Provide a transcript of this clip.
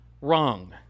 Wrong